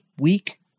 week